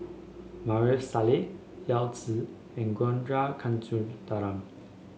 Maarof Salleh Yao Zi and Ragunathar Kanagasuntheram